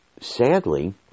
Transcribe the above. sadly